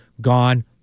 gone